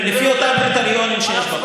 לפי אותם קריטריונים שיש בחוק.